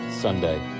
Sunday